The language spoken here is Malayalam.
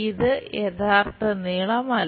ഇത് യഥാർത്ഥ നീളമല്ല